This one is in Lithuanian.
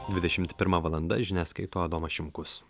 dvidešim pirma valanda žinias skaito adomas šimkus